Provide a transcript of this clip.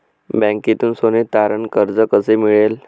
बँकेतून सोने तारण कर्ज कसे मिळेल?